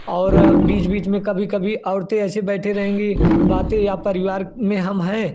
और बीच बीच में कभी कभी औरतें ऐसे बैठे रहेंगी बातें या परिवार में हम हैं